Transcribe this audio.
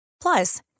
Plus